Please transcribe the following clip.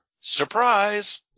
Surprise